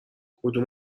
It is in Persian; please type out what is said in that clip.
کدوم